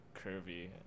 curvy